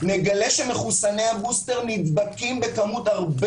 נגלה שמחוסני הבוסטר נדבקים בכמות הרבה